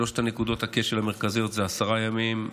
שלוש נקודות הכשל המרכזיות הן עשרה ימים,